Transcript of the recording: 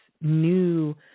new